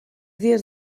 dies